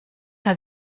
que